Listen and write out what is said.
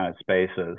spaces